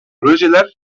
projeler